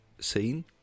scene